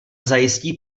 zajistí